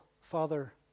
father